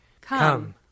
Come